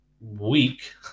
week